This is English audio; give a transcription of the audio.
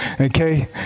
okay